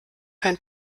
kein